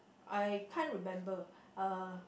I can't remember uh